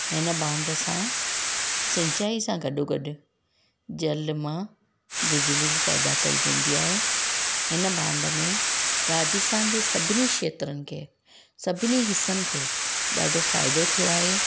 हिन बांध सां सिंचाईअ सां गॾो गॾु जल मां बिजली बि पैदा कई वेंदी आहे हिन बांध में राजस्थान जे सभिनी क्षेत्रनि खे सभिनी हिसनि खे ॾाढो फ़ाइदो थियो आहे